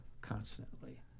constantly